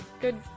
good